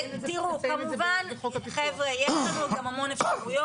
תראו, חבר'ה, יש לנו גם המון אפשרויות.